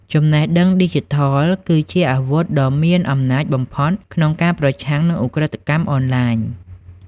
ចំណេះដឹងឌីជីថល គឺជាអាវុធដ៏មានអំណាចបំផុតក្នុងការប្រឆាំងនឹងឧក្រិដ្ឋកម្មអនឡាញ។